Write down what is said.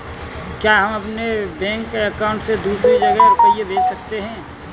क्या हम अपने बैंक अकाउंट से दूसरी जगह रुपये भेज सकते हैं?